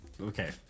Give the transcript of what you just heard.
okay